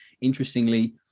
Interestingly